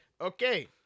okay